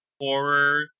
horror